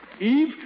Eve